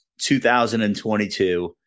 2022